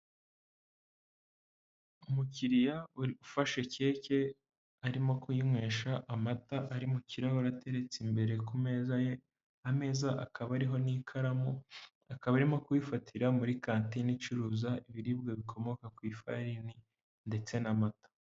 umukiriya ufashe keke, arimo kuyinywesha amata ari mu kirahure ateretse imbere ku meza ye, ameza akaba ariho n'ikaramu, akaba arimo kuyifatira muri kantine icuruza ibiribwa bikomoka ku ifarine ndetse n'amata.